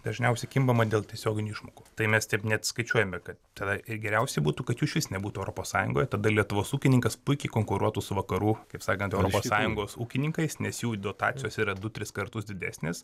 dažniausiai kimbama dėl tiesioginių išmokų tai mes tiek net skaičiuojame kad tada ir geriausiai būtų kad jų išvis nebūtų europos sąjungoje tada lietuvos ūkininkas puikiai konkuruotų su vakarų kaip sakant europos sąjungos ūkininkais nes jų dotacijos yra du tris kartus didesnės